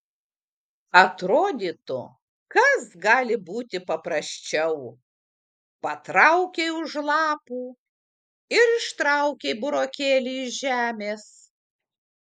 atrodytų kas gali būti paprasčiau patraukei už lapų ir ištraukei burokėlį iš žemės